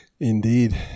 Indeed